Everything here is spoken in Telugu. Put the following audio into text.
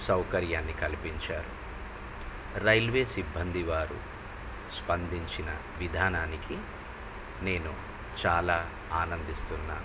సౌకర్యాన్ని కల్పించారు రైల్వే సిబ్బంది వారు స్పందించిన విధానానికి నేను చాలా ఆనందిస్తున్నాను